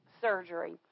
surgery